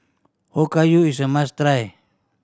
okayu is a must try